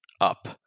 up